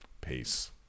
Peace